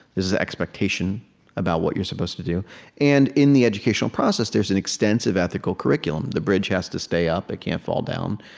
there's an expectation about what you're supposed to do and in the educational process, there's an extensive ethical curriculum. the bridge has to stay up it can't fall down.